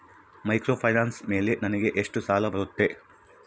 Microfinance ಮೇಲೆ ನನಗೆ ಎಷ್ಟು ಸಾಲ ಬರುತ್ತೆ?